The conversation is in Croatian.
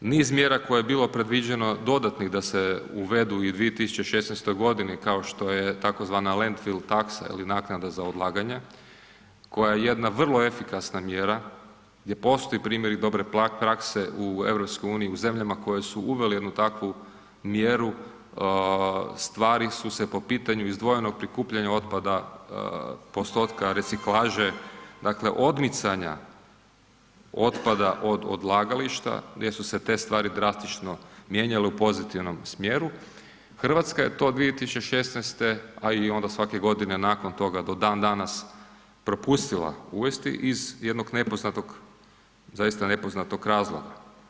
Niz mjera koje je bilo predviđeno dodatnih da se uvedu u 2016. godini kao što je tzv. landfill taksa ili naknada za odlaganje koja je jedna vrlo efikasna mjera gdje postoje primjeri dobre prakse u EU u zemljama koje su uvele jednu takvu mjeru stvari su se po pitanju izdvojenog prikupljanja otpada postotka reciklaže, dakle odmicanja otpada od odlagališta gdje su se te stvari drastično mijenjale u pozitivnom smjeru, Hrvatska je to 2016., a i onda svake godine nakon toga do dan danas propustila uvesti iz jednog nepoznatog, zaista nepoznatog razloga.